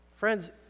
Friends